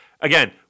Again